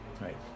right